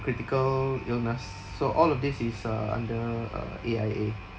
critical illness so all of these is uh under uh A_I_A